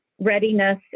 readiness